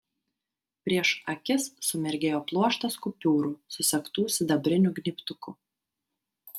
prieš akis sumirgėjo pluoštas kupiūrų susegtų sidabriniu gnybtuku